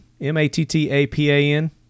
M-A-T-T-A-P-A-N